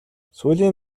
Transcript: сүүлийн